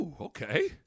Okay